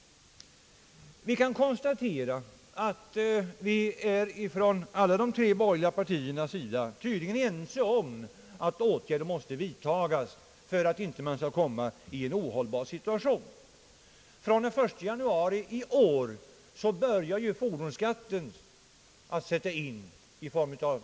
Vi kan konstatera att de tre borgerliga partierna är ense om att åtgärder måste vidtagas för att man inte skall komma 1 en ohållbar situation. Från den 1 januari i år träder den 50-procentiga höjningen av skattesatsen på fordon in.